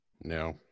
No